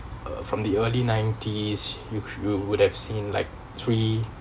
uh from the early nineties which you would have seen like three